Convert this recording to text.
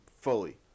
fully